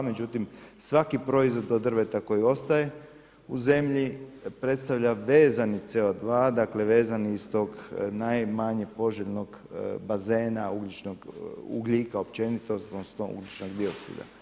Međutim, svaki proizvod od drveta koji ostaje u zemlji predstavlja vezani CO2, dakle vezan iz tog najmanje poželjnog bazena ugljika općenito, odnosno ugljičnog dioksida.